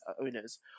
owners